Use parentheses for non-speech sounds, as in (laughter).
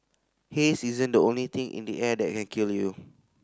haze isn't the only thing in the air that (unintelligible) kill you